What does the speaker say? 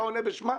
אתה עונה בשמה?